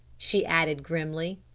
she added grimly.